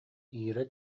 ира